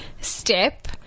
step